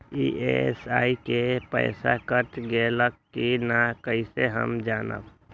EMI के पईसा कट गेलक कि ना कइसे हम जानब?